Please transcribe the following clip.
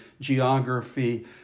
geography